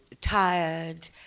tired